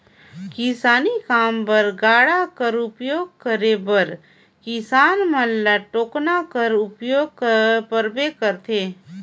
किसानी काम बर गाड़ा कर परियोग करे बर किसान मन ल टेकोना कर जरूरत परबे करथे